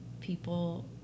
people